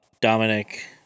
Dominic